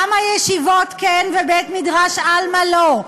למה ישיבות כן ובית-מדרש "עלמא" לא?